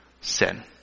sin